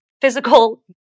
physical